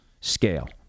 scale